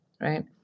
right